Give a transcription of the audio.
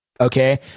Okay